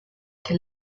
que